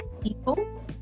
people